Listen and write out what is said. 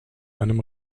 einem